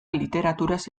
literaturaz